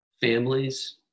families